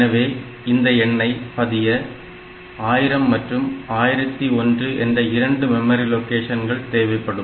எனவே இந்த எண்ணை பதிய 1000 மற்றும் 1001 என்ற 2 மெமரி லொகேஷன்கள் தேவைப்படும்